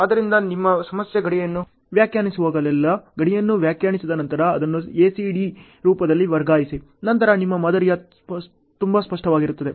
ಆದ್ದರಿಂದ ನಿಮ್ಮ ಸಮಸ್ಯೆಯ ಗಡಿಯನ್ನು ನೀವು ವ್ಯಾಖ್ಯಾನಿಸುವಾಗಲೆಲ್ಲಾ ಗಡಿಯನ್ನು ವ್ಯಾಖ್ಯಾನಿಸಿದ ನಂತರ ಅದನ್ನು ACD ರೂಪಗಳಲ್ಲಿ ವರ್ಗಾಯಿಸಿ ನಂತರ ನಿಮ್ಮ ಮಾದರಿ ತುಂಬಾ ಸ್ಪಷ್ಟವಾಗಿರುತ್ತದೆ